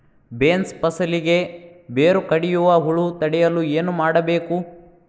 Beans ಫಸಲಿಗೆ ಬೇರು ಕಡಿಯುವ ಹುಳು ತಡೆಯಲು ಏನು ಮಾಡಬೇಕು?